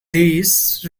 this